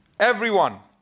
everyone.